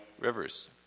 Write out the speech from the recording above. rivers